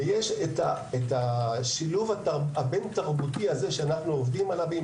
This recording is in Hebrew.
יש שילוב בין-תרבותי שאנחנו עובדים עליו עם